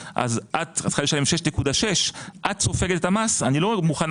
את צריכה לשלם 6.6. הבנק אומר: אני לא מוכן